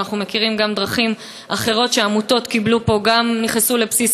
ואנחנו מכירים דרכים אחרות שבהן עמותות נכנסו לבסיס